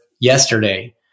yesterday